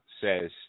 says